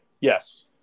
Yes